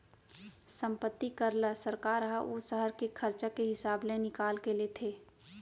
संपत्ति कर ल सरकार ह ओ सहर के खरचा के हिसाब ले निकाल के लेथे